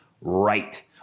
right